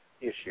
issue